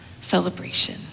celebration